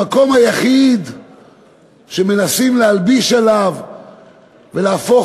המקום היחיד שמנסים להלביש עליו ולהפוך